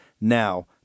now